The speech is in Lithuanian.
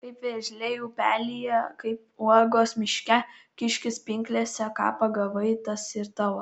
kaip vėžiai upelyje kaip uogos miške kiškis pinklėse ką pagavai tas ir tavo